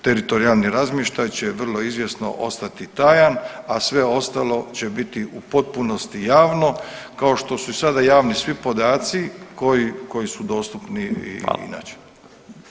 Teritorijalni razmještaj će vrlo izvjesno ostati tajan, a sve ostalo će biti u potpunosti javno kao što su i sada javni svi podaci koji su dostupni [[Upadica: Hvala.]] i inače.